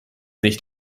nicht